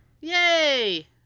Yay